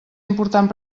important